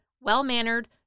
well-mannered